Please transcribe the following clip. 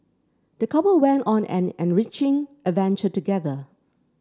the couple went on an enriching adventure together